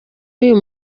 uyu